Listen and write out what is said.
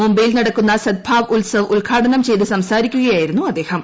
മുംബൈ യിൽ നടക്കുന്ന സദ്ഭാവ് ഉത്സവ് ഉദ്ഘാടനം ചെയ്തു സംസാരി ക്കുകയായിരുന്നു അദ്ദേഹം